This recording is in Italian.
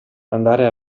andare